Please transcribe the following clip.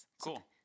Cool